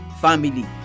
family